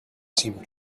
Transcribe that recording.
seemed